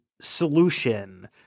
solution